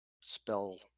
spell